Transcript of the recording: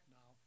now